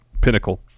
Pinnacle